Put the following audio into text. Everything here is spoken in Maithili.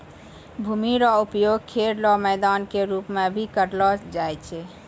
भूमि रो उपयोग खेल रो मैदान के रूप मे भी करलो जाय छै